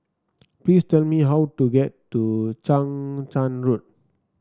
please tell me how to get to Chang Charn Road